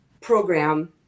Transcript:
program